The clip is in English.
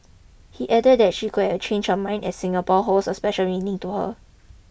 he added that she could have changed her mind as Singapore holds a special meaning to her